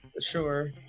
sure